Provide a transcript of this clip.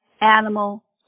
animal